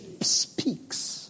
speaks